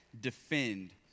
defend